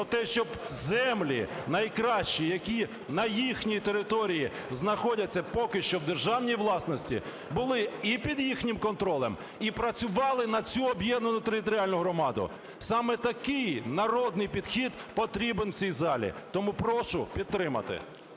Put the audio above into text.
про те, щоб землі найкращі, які на їхній території знаходяться, поки що в державній власності були і під їхнім контролем, і працювали на цю об'єднану територіальну громаду. Саме такий народний підхід потрібен в цій залі. Тому прошу підтримати.